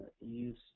Use